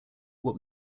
what